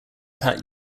pat